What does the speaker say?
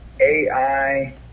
AI